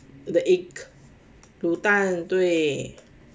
the egg 卤蛋对